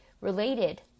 related